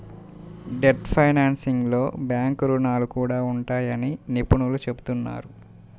debt ఫైనాన్సింగ్లో bank రుణాలు కూడా ఉంటాయని నిపుణులు చెబుతున్నారు